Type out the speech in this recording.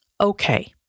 okay